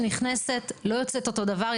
חקיקה שנכנסת, לא יוצאת אותו דבר.